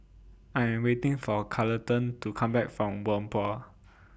I Am waiting For Carleton to Come Back from Whampoa